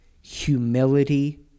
humility